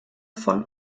von